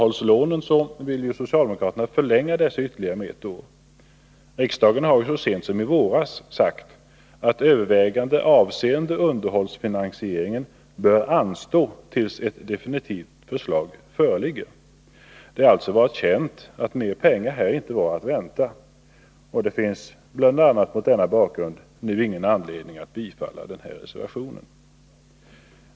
Socialdemokraterna vill förlänga underhållslånen med ytterligare ett år. Riksdagen har så sent som i våras sagt att överväganden avseende underhållsfinansieringen bör anstå till dess ett definitivt förslag föreligger. Det har alltså varit känt att mer pengar här inte var att vänta. Bl. a. mot denna bakgrund finns det nu ingen anledning att bifalla den reservationen.